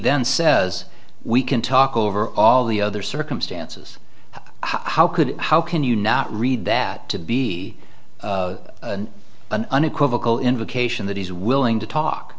n says we can talk over all the other circumstances how could how can you not read that to be an unequivocal indication that he's willing to talk